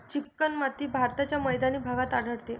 चिकणमाती भारताच्या मैदानी भागात आढळते